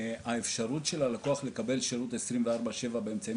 האפשרות של הלקוח לקבל שירות 24/7 באמצעים